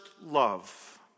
love